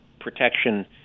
protection